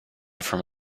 from